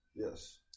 Yes